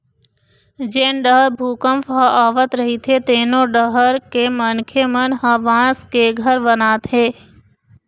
जेन डहर भूपंक ह आवत रहिथे तेनो डहर के मनखे मन ह बांस के घर बनाथे